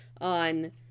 on